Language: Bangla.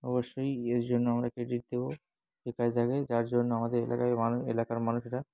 অবশ্যই এর জন্য আমরা ক্রেডিট দেব যে শেখায় তাকে যার জন্য আমাদের এলাকায় মানুষ এলাকার মানুষরা